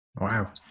Wow